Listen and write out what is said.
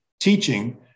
teaching